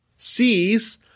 sees